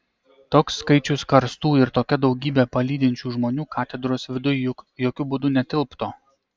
toks skaičius karstų ir tokia daugybė palydinčių žmonių katedros viduj juk jokiu būdu netilptų